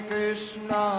Krishna